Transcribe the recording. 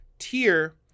tier